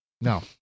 No